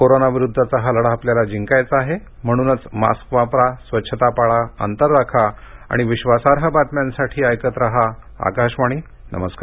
corona विरुद्धचा हा लढा आपल्याला जिंकायचा आहे म्हणूनच मास्क वापरा स्वच्छता पाळा अंतर राखा आणि विधासार्ह बातम्यांसाठी ऐकत रहा आकाशवाणी नमस्कार